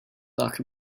talk